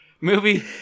Movie